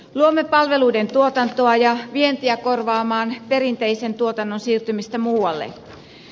luomme palveluiden tuotantoa ja vientiä korvaamaan perinteisen tuotannon siirtymistä muualle